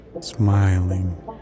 smiling